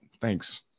Thanks